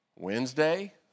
Wednesday